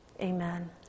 amen